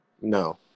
No